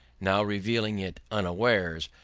now revealing it unawares,